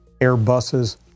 Airbuses